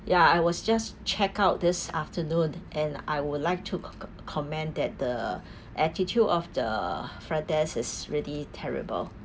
ya I was just check out this afternoon and I would like to comment that the attitude of the front desk is really terrible